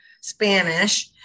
Spanish